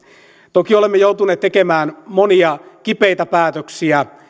toki olemme joutuneet tekemään monia kipeitä päätöksiä